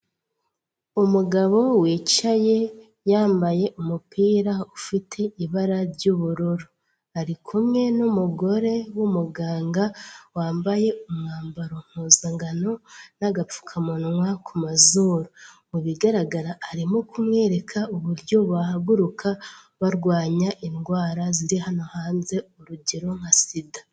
Umugabo wicaye, yambaye umupira ufite ibara ry'ubururu, ari kumwe n'umugore w'umuganga wambaye umwambaro mpuzankano n'agapfukamunwa ku mazuru. Mu bigaragara arimo kumwereka uburyo bahaguruka, barwanya indwara ziri hano hanze urugero nka sida.